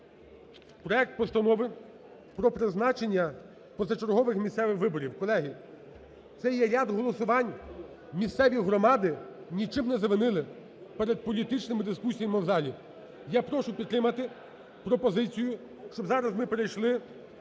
проект Постанови про призначення позачергових місцевих виборів. Колеги, це є ряд голосувань. Місцеві громади нічим не завинили перед політичними дискусіями в залі. Я прошу підтримати пропозицію, щоб зараз ми перейшли